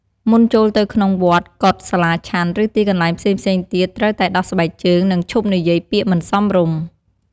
មុនចូលទៅក្នុងវត្ត កុដិ សាលាឆាន់ ឬទីកន្លែងផ្សេងៗទៀត ត្រូវតែដោះស្បែកជើង និងឈប់និយាយពាក្យមិនសមរម្យ។